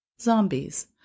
zombies